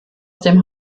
dem